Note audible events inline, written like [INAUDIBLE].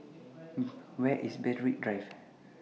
[HESITATION] Where IS Berwick Drive